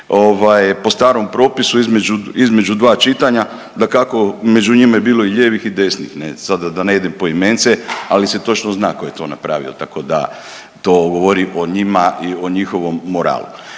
po starom propisu između dva čitanja. Dakako među njima je bilo i lijevih i desnih, sad da ne idem poimence ali se točno zna tko je to napravio tako da to govori o njima i o njihovom moralu.